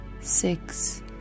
six